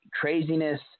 craziness